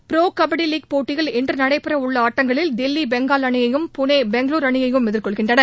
ப்ரோகபடிலீக் போட்டியில் இன்றுநடைபெறவுள்ளஆட்டங்களில் தில்வி பெங்கால் அணியையும் புனே பெங்களுர் அணியையும் எதிர்கொள்கின்றன